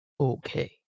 Okay